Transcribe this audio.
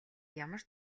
ямар